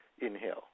inhale